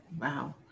Wow